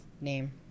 name